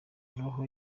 roho